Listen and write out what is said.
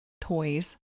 toys